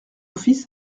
fils